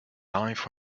life